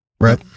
Right